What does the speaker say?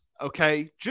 okay